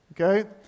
okay